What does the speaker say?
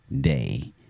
day